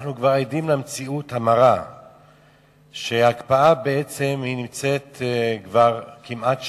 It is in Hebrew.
אנחנו כבר עדים למציאות המרה שהקפאה בעצם קיימת כבר כמעט שנה,